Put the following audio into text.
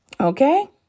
Okay